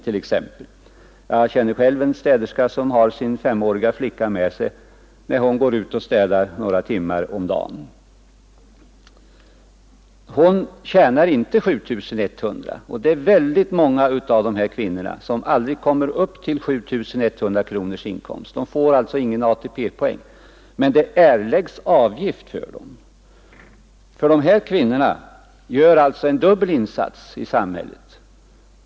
Jag känner själv en städerska som har sin femåriga flicka med sig när hon går ut och städer några timmar om dagen. Hon tjänar inte 7 100 kronor, och det är många av dessa kvinnor som aldrig kommer upp till den inkomsten och som alltså inte får någon ATP-poäng. Men det erläggs avgifter för dem. De här kvinnorna gör alltså en dubbel insats i samhället.